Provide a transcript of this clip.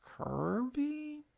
Kirby